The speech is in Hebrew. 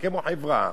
כמו חברה,